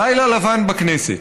לילה לבן בכנסת.